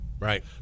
Right